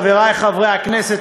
חברי חברי הכנסת,